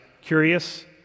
Curious